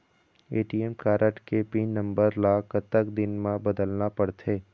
ATM card के pin number ला कतक दिन म बदलना पड़थे?